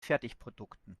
fertigprodukten